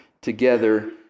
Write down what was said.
together